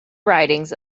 writings